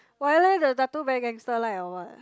why leh the tattoo very gangster like or what